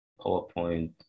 PowerPoint